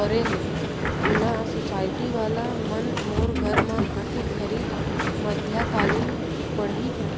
परे हे, ओला सुसायटी वाला मन मोर घर म आके खरीद मध्यकालीन पड़ही का?